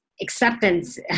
acceptance